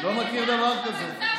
לא מכיר דבר כזה.